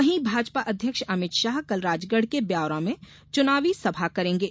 वहीं भाजपा अध्यक्ष अमित शाह कल राजगढ़ के ब्यावरा में चुनावी सभा करेंगे